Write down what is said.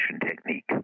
technique